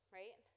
right